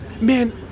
man